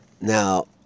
Now